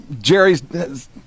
Jerry's